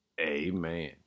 amen